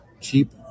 Cheap